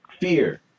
Fear